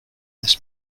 this